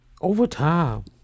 Overtime